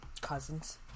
cousins